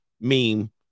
meme